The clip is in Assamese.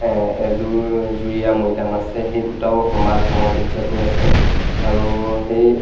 এযোৰ যুৰীয়া মৈদাম আছে সেই দুটাও সমান সম পৰ্যায়কৈ আছে আৰু সেই